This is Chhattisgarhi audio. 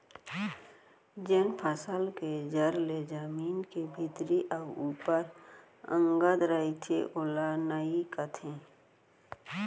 जेन फसल के जर ले जमीन के भीतरी अउ ऊपर अंगत रइथे ओला नइई कथें